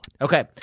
Okay